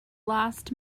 last